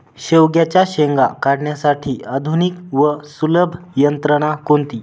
शेवग्याच्या शेंगा काढण्यासाठी आधुनिक व सुलभ यंत्रणा कोणती?